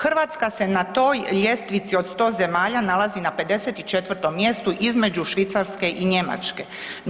Hrvatska se na toj ljestvici od 100 zemalja nalazi na 54. mjestu između Švicarske i Njemačke.